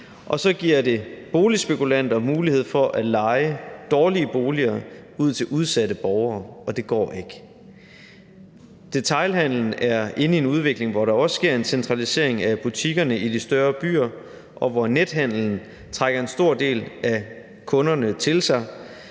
og så giver det boligspekulanter mulighed for at leje dårlige boliger ud til udsatte borgere, og det går ikke. Detailhandelen er inde i en udvikling, hvor der også sker en centralisering af butikkerne i de større byer, og hvor nethandelen trækker en stor del af kunderne til sig.